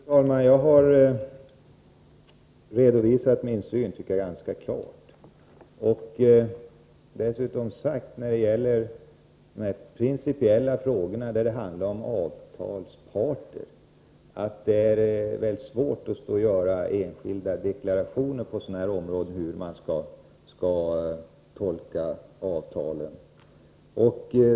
Fru talman! Jag har redovisat min syn ganska klart. När det gäller de principiella frågor där det handlar om avtalsparter har jag dessutom sagt att det är mycket svårt att på sådana områden göra särskilda deklarationer om hur avtalen skall tolkas.